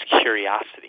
curiosity